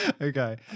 Okay